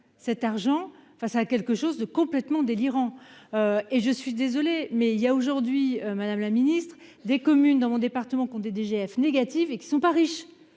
cet argent face à quelque chose de complètement délirant, et je suis désolé mais il y a aujourd'hui, Madame la Ministre des communes dans mon département comptait DGF négative et qui ne sont pas riche